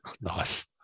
Nice